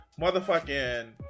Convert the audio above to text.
motherfucking